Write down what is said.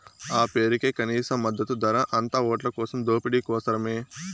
ఆ పేరుకే కనీస మద్దతు ధర, అంతా ఓట్లకోసం దోపిడీ కోసరమే